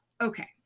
okay